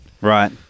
Right